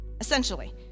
essentially